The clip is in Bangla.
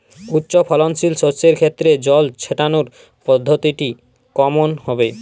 উচ্চফলনশীল শস্যের ক্ষেত্রে জল ছেটানোর পদ্ধতিটি কমন হবে?